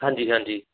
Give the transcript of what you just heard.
ਹਾਂਜੀ ਹਾਂਜੀ